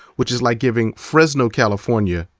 which is like giving fresno, california,